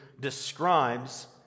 describes